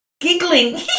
giggling